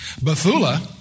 Bethula